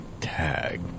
Tag